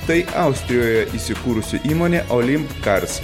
tai austrijoje įsikūrusi įmonė olimcars